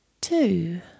two